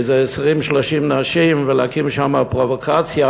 איזה 20 30 נשים ולהקים שמה פרובוקציה.